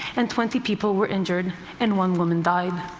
and twenty people were injured and one woman died.